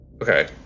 Okay